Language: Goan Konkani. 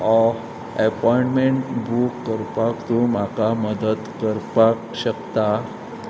हो एपॉयंमेंट बूक करपाक तूं म्हाका मदत करपाक शकता